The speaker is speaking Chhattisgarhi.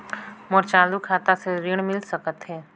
मोर चालू खाता से ऋण मिल सकथे?